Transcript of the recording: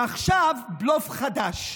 ועכשיו בלוף חדש: